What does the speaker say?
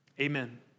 Amen